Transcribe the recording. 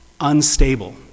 unstable